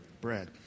Bread